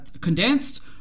condensed